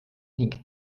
ning